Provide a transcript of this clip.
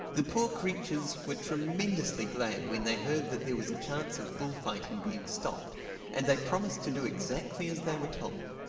the poor creatures were tremendously glad when they heard that there was a chance of bullfighting being stopped and they promised to do exactly as they were told.